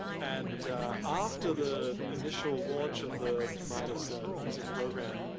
and after the initial launch of the midas music program,